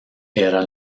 era